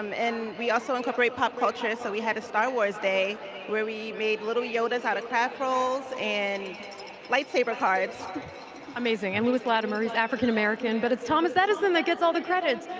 um and we also incorporate pop culture, so we had a star wars day where we made little yodas out of craft rolls and lightsaber cards. sapna amazing. and lewis latimer, he's african american, but it's thomas edison that gets all the credit.